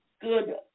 good